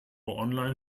online